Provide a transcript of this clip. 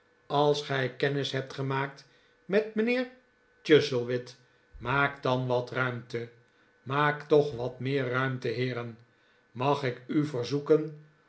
als gij kennis hebt gemaakt met mijnheer chuzzlewit maakt dan wat ruimte maakt toch wat meer ruimte heeren mag ik u verzoeken